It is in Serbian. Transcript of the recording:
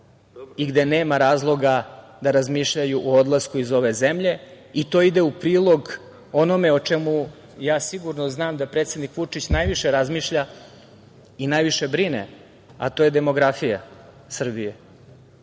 i gde nema razloga da razmišljaju o odlasku iz ove zemlje. To ide u prilog onome o čemu, ja sigurno znam, da predsednik Vučić najviše razmišlja i najviše brine, a to je demografija Srbije. To